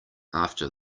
after